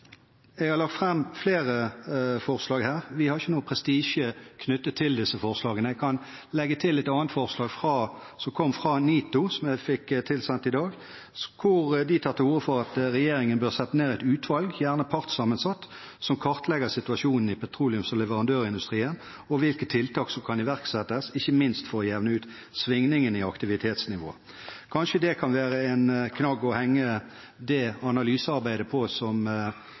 Jeg har lagt fram flere forslag her. Vi har ikke noen prestisje knyttet til disse forslagene. Jeg kan legge til et annet forslag, som kom fra NITO, som jeg fikk tilsendt i dag, hvor de tar til orde for at regjeringen bør sette ned et utvalg, gjerne partssammensatt, som kartlegger situasjonen i petroleums- og leverandørindustrien og hvilke tiltak som kan iverksettes, ikke minst for å jevne ut svingningene i aktivitetsnivået. Kanskje det kan være en knagg å henge det analysearbeidet på som